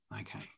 Okay